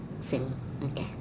same okay